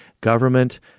government